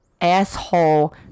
asshole